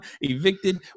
evicted